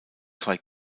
zwei